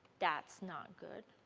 that's not good.